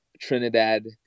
Trinidad